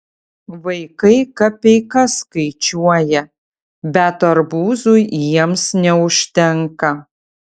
vaikai kapeikas skaičiuoja bet arbūzui jiems neužtenka